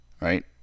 right